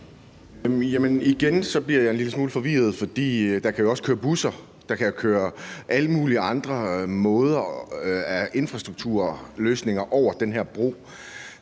Jamen igen bliver jeg en lille smule forvirret, for der kan jo også køre busser og alle mulige andre former for infrastruktur over den her bro.